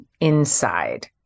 inside